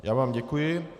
Já vám děkuji.